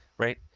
right?